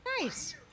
Nice